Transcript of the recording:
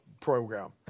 program